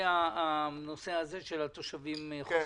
את הנושא של תושבים חוזרים?